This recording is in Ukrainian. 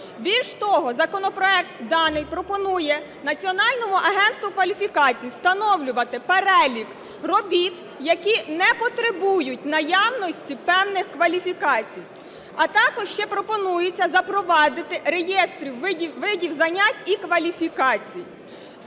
Більш того, законопроект даний пропонує Національному агентству кваліфікацій встановлювати перелік робіт, які не потребують наявності певних кваліфікацій. А також ще пропонується запровадити реєстри видів занять і кваліфікацій.